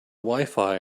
wifi